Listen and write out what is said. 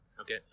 okay